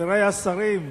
חברי השרים,